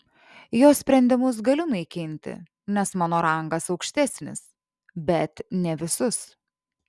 jo sprendimus galiu naikinti nes mano rangas aukštesnis bet ne visus